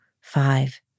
five